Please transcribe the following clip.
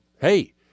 Hey